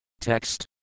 Text